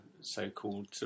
so-called